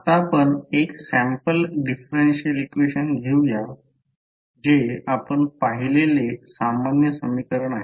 आता आपण एक सॅम्पल डिफरेन्शियल इक्वेशन घेऊया जे आपण पाहिलेले सामान्य समीकरण आहे